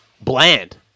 bland